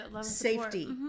safety